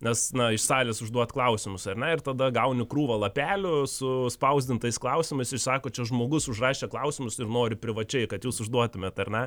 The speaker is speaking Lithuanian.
nes na iš salės užduot klausimus ar ne ir tada gauni krūvą lapelių su spausdintais klausimais ir sako čia žmogus užrašė klausimus ir nori privačiai kad jūs užduotumėt ar ne